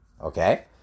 Okay